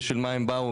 בשביל מה הם באו,